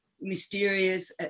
mysterious